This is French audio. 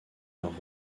leur